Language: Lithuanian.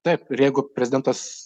taip ir jeigu prezidentas